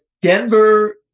Denver –